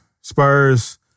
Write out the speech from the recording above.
Spurs